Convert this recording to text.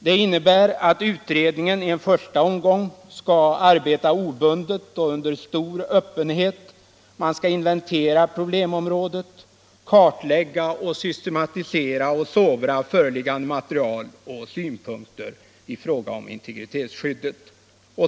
Det innebär att utredningen ien första omgång skall arbeta obundet och under stor öppenhet. Man skall inventera problemområdet, kartlägga, systematisera och sovra föreliggande material och synpunkter i fråga om integritetsskyddet.